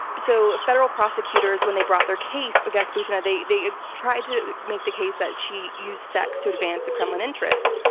so federal prosecutors, when they brought their case against butina, they they tried to make the case that she used sex to advance the kremlin interests.